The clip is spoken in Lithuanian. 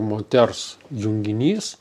moters junginys